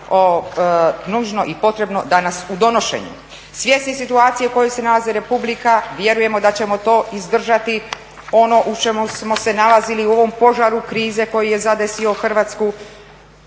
kao nužno i potrebno danas u donošenju. Svjesni situacije u kojoj se nalazi republika vjerujemo da ćemo to izdržati, ono u čemu smo se nalazili u ovom požaru krize koji je zadesio Hrvatsku